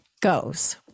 goes